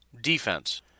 defense